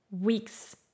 weeks